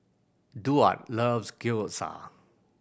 Duard loves Gyoza